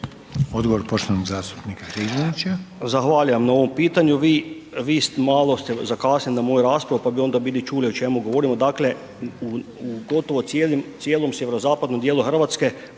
Odgovor poštovanog zastupnika Đujića.